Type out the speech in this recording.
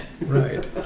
Right